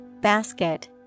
basket